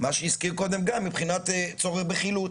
מה שהזכיר קודם גיא מבחינת צורך בחילוץ.